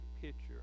picture